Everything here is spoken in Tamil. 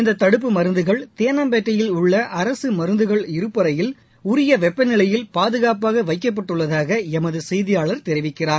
இந்த தடுப்பு மருந்துகள் தேனாம்பேட்டையில் உள்ள அரசு மருந்துகள் இருப்பறையில் உரிய வெப்ப நிலையில் பாதுகாப்பாக வைக்கப்பட்டுள்ளதாக எமது செய்தியாளர் தெரிவிக்கிறார்